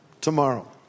Tomorrow